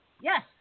Yes